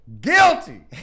guilty